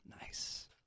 Nice